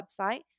website